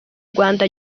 rwanda